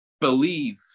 believe